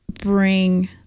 bring